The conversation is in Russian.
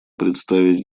представить